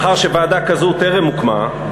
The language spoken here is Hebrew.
מאחר שוועדה כזו טרם הוקמה,